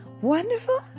wonderful